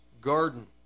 garden